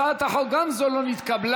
הצעת החוק, גם זו לא נתקבלה.